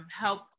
help